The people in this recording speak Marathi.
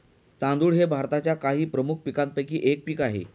तांदूळ हे भारताच्या काही प्रमुख पीकांपैकी एक पीक आहे